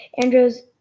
Andrew's